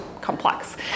complex